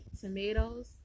tomatoes